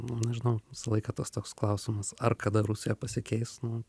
nu nežinau visą laiką tas toks klausimas ar kada rusija pasikeis nu